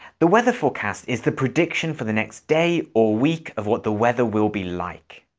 the weather forecast is the prediction for the next day or week of what the weather will be like.